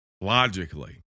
logically